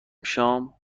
شام